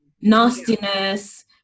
Nastiness